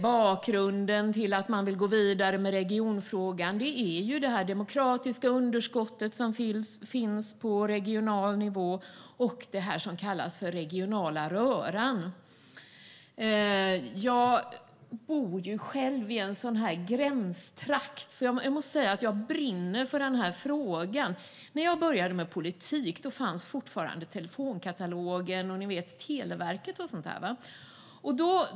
Bakgrunden till att man vill gå vidare med regionfrågan är det demokratiska underskott som finns på regional nivå och det som kallas den regionala röran. Jag bor själv i en gränstrakt, och jag måste säga att jag brinner för den här frågan. När jag började med politik fanns fortfarande telefonkatalogen, Televerket och sådant - ni vet.